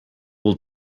will